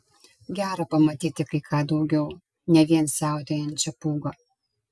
gera pamatyti kai ką daugiau ne vien siautėjančią pūgą